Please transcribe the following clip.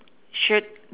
shirt